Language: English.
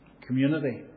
community